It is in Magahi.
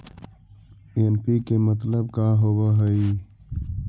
एन.पी.के मतलब का होव हइ?